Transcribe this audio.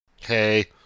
Hey